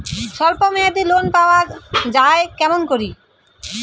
স্বল্প মেয়াদি লোন পাওয়া যায় কেমন করি?